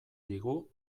digu